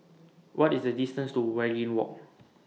What IS The distance to Waringin Walk